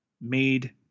made